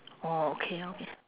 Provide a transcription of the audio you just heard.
orh okay okay